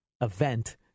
event